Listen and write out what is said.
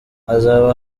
hazaba